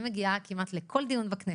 היא מגיעה כמעט לכל דיון בכנסת,